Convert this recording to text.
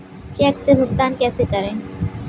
Check से भुगतान कैसे करें?